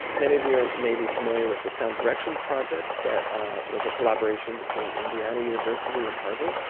many of you are may be familiar with the sound directions project that was a collaboration between indiana university and harvard.